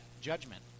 judgment